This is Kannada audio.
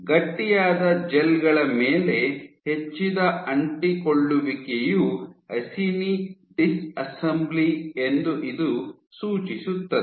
ಗಟ್ಟಿಯಾದ ಜೆಲ್ ಗಳ ಮೇಲೆ ಹೆಚ್ಚಿದ ಅಂಟಿಕೊಳ್ಳುವಿಕೆಯು ಅಸಿನಿ ಡಿಸ್ಅಸ್ಸೆಂಬೇಲಿ ಎಂದು ಇದು ಸೂಚಿಸುತ್ತದೆ